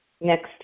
next